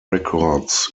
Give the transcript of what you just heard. records